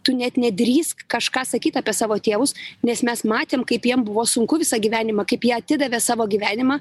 tu net nedrįsk kažką sakyt apie savo tėvus nes mes matėm kaip jiems buvo sunku visą gyvenimą kaip jie atidavė savo gyvenimą